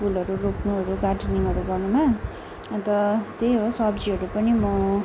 फुलहरू रोप्नुहरू गार्डनिङहरू गर्नुमा अन्त त्यही हो सब्जीहरू पनि म